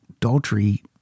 Daltrey